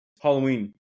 Halloween